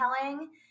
telling